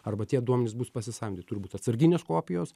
arba tie duomenys bus pasisavinti turi būt atsarginės kopijos